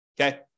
okay